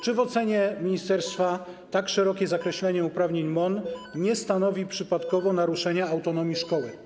Czy w ocenie ministerstwa tak szerokie zakreślenie uprawnień MON nie stanowi przypadkiem naruszenia autonomii szkoły?